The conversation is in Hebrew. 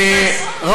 בחודש,